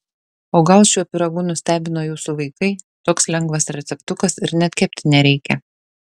o gal šiuo pyragu nustebino jūsų vaikai toks lengvas receptukas ir net kepti nereikia